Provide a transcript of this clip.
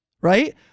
right